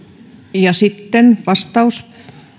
ja sitten vastaus